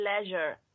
pleasure